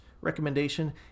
recommendation